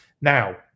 Now